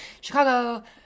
Chicago